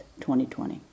2020